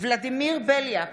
ולדימיר בליאק,